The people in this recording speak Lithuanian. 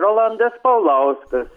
rolandas paulauskas